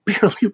barely